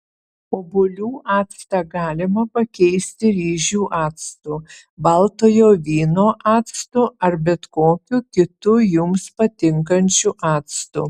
obuolių actą galima pakeisti ryžių actu baltojo vyno actu ar bet kokiu kitu jums patinkančiu actu